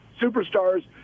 superstars